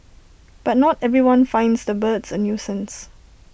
but not everyone finds the birds A nuisance